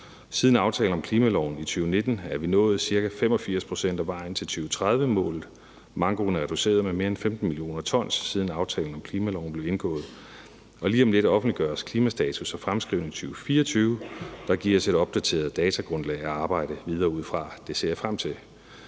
Siden aftalen om klimaloven i 2019 er vi nået ca. 85 pct. af vejen til 2030-målet. Mankoen er passeret med mere end 15 mio. t, siden aftalen om klimaloven blev indgået, og lige om lidt offentliggøres klimastatus og -fremskrivning for 2024, der giver os et opdateret datagrundlag at arbejde videre ud fra. Det ser jeg frem til.